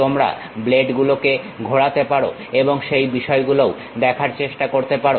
তোমরা ব্লেডগুলোকে ঘোরাতে পারো এবং সেই বিষয়গুলোও দেখার চেষ্টা করতে পারো